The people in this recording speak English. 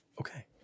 Okay